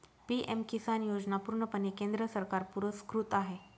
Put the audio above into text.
PM किसान योजना पूर्णपणे केंद्र सरकार पुरस्कृत आहे